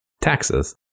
taxes